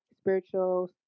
spiritual